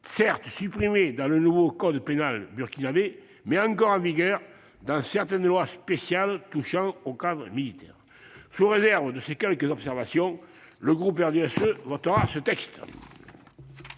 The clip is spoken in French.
certes supprimée dans le nouveau code pénal burkinabé, mais encore en vigueur dans certaines lois spéciales touchant au cadre militaire. Sous réserve de ces quelques observations, le groupe du RDSE votera ce texte.